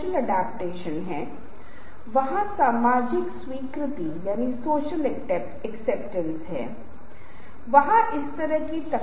यदि आप चाहते हैं कि यदि आप उसी स्लाइड के भीतर पहले के अंकों को संदर्भित करना चाहते हैं तो उन्हें बनाए रखें